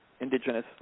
indigenous